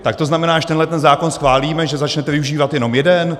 Tak to znamená, až tenhle zákon schválíme, že začnete využívat jenom jeden?